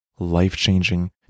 life-changing